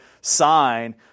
sign